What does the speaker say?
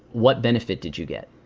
what benefit did you get?